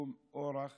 וקידום אורח